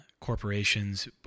corporations